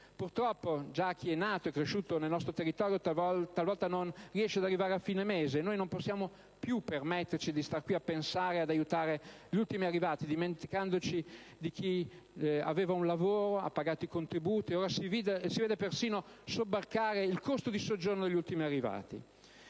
Purtroppo, già chi è nato e cresciuto nel nostro territorio talvolta non riesce ad arrivare a fine mese, e noi non possiamo più permetterci di star qui a pensare ad aiutare gli ultimi arrivati, dimenticandoci di chi aveva un lavoro, ha pagato i contributi e deve ora persino sobbarcarsi il costo di soggiorno degli ultimi arrivati.